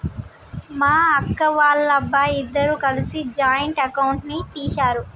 మా అక్క, వాళ్ళబ్బాయి ఇద్దరూ కలిసి జాయింట్ అకౌంట్ ని తీశారు